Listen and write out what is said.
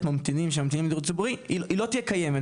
ממתינים שממתינים לדיור הציבורי היא לא תהיה קיימת,